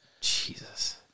jesus